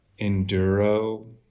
enduro